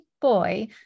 boy